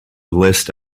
list